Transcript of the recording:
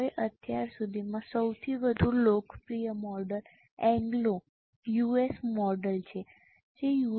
હવે અત્યાર સુધીમાં સૌથી વધુ લોકપ્રિય મોડલ એંગ્લો યુએસ મોડલ છે જે યુ